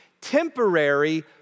temporary